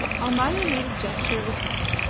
almayer made a gesture of assent.